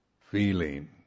Feeling